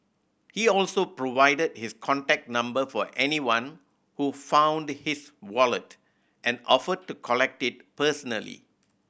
he also provided his contact number for anyone who found his wallet and offered to collect it personally